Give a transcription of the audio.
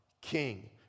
King